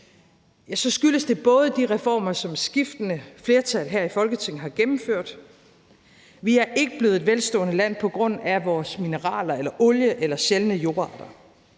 skyldes det bl.a. de reformer, som skiftende flertal her i Folketinget har gennemført. Vi er ikke blevet et velstående land på grund af vores mineraler, olie eller sjældne jordarter.